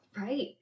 Right